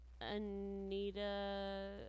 Anita